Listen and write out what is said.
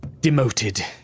demoted